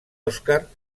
oscar